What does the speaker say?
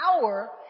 power